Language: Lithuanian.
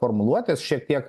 formuluotės šiek tiek